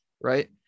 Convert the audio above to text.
right